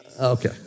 Okay